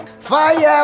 Fire